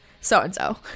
so-and-so